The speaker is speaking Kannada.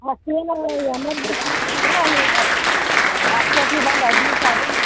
ಹಾಸ್ಪೆಟ್ಲಿನಲ್ಲಿ ಎಮರ್ಜೆನ್ಸಿ ಇತ್ತು ಅಂದ್ರೆ ನೀವು ಹಾಸ್ಪೆಟ್ಲಿಗೆ ಬಂದು ಅಡ್ಮಿಟ್ ಆಗ್ರೀ